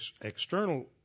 external